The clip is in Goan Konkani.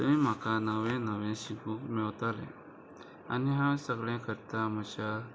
थंय म्हाका नवें नवें शिकूंक मेवतालें आनी हांव सगळें करता म्हज्या